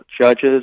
judges